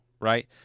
right